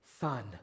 son